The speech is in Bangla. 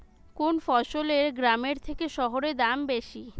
কোন ফসলের গ্রামের থেকে শহরে দাম বেশি?